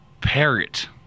parrot